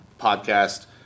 podcast